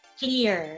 clear